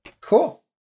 Cool